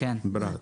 ברט